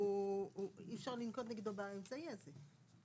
אי אפשר לנקוט נגדו באמצעי הזה.